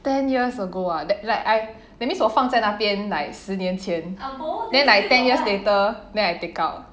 ten years ago ah like I that means 我放在那边 like 十年前 arbo then like ten years later then I take out